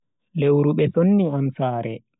Lewru be sonni am sare.